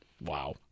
Wow